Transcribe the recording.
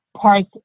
parts